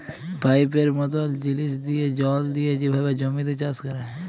পাইপের মতল জিলিস দিঁয়ে জল দিঁয়ে যেভাবে জমিতে চাষ ক্যরা হ্যয়